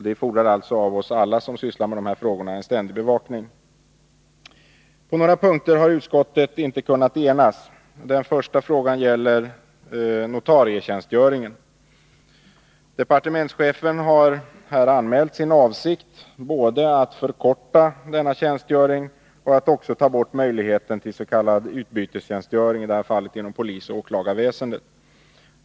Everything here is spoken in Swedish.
Det fordras alltså av oss alla som sysslar med de här frågorna att vi ägnar oss åt en ständig bevakning. På några punkter har utskottet inte kunnat enas. Den första frågan gäller notarietjänstgöringen. Departementschefen har här anmält sin avsikt både att förkorta denna tjänstgöring och att ta bort möjligheten till s.k. . utbytestjänstgöring, i det här fallet inom polisoch åklagarväsendet.